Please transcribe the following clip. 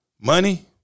money